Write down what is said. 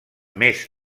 més